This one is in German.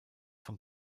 von